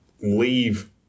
leave